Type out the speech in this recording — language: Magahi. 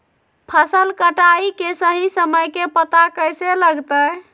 फसल कटाई के सही समय के पता कैसे लगते?